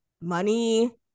money